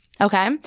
Okay